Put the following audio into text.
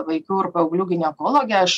vaikų ir paauglių ginekologe aš